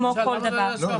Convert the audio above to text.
כמו כל דבר אחר.